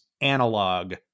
analog